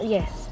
Yes